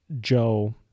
Joe